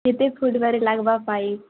କେତେ ଫୁଟ୍ ବାରେ ଲାଗବା ପାଇପ୍